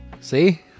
See